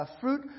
fruit